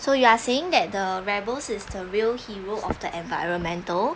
so you are saying that the rebels is the real hero of the environmental